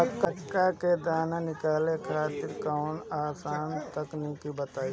मक्का से दाना निकाले खातिर कवनो आसान तकनीक बताईं?